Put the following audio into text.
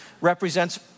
represents